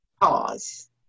pause